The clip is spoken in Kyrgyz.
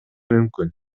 мүмкүн